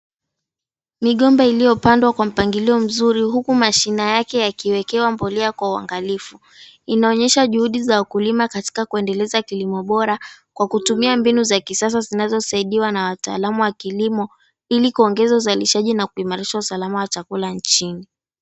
Migomba iliyopandwa kwa mpangilio mzuri, huku mashina yake yakiwekewa mbolea kwa uangalifu. Inaonyesha juhudi za wakulima katika kuendeleza kilimo bora, kwa kutumia mbinu za kisasa zinazosaidiwa na wataalamu wa kilimo, ili kuongeza uzalishaji na kuimarisha usalama wa chakula nchini.